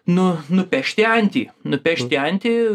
nu nupešti antį nupešti antį